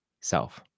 self